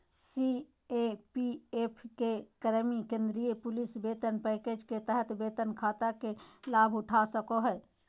CAPF के कर्मि केंद्रीय पुलिस वेतन पैकेज के तहत वेतन खाता के लाभउठा सको हइ